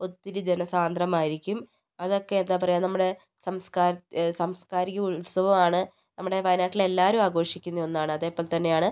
ഒത്തിരി ജനസാന്ദ്രമായിരിക്കും അതൊക്കെ എന്താ പറയുക നമ്മുടെ സാംസ്കാര സാംസ്കാരിക ഉത്സവമാണ് നമ്മുടെ വയനാട്ടിലെ എല്ലാവരും ആഘോഷിക്കുന്ന ഒന്നാണ് അതേപോലെ തന്നെയാണ്